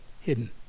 hidden